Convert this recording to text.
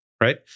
right